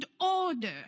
order